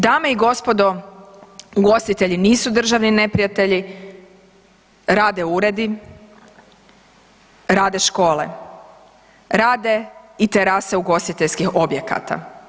Dame i gospodo, ugostitelji nisu državni neprijatelji, rade uredi, rade škole, rade i terase ugostiteljskih objekata.